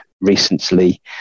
recently